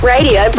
Radio